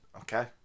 Okay